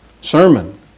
sermon